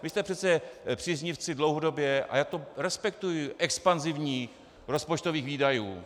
Vy jste přece příznivci dlouhodobě a já to respektuji expanzivních rozpočtových výdajů.